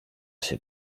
się